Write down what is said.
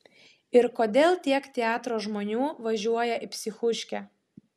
ir kodėl tiek teatro žmonių važiuoja į psichuškę